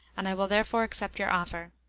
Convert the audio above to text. and will therefore accept your offer.